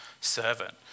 servant